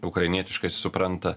ukrainietiškai supranta